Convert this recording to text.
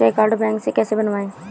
श्रेय card bank से कैसे बनवाएं?